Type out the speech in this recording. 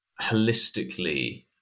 holistically